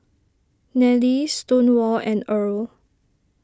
Nellie Stonewall and Earl